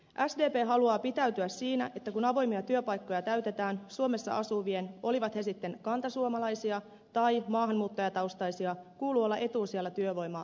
sdp haluaa pitäytyä siinä että kun avoimia työpaikkoja täytetään suomessa asuvien olivat he sitten kantasuomalaisia tai maahanmuuttajataustaisia kuuluu olla etusijalla työvoimaa rekrytoitaessa